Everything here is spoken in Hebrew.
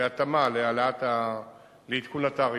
בהתאמה לעדכון התעריפים.